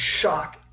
shock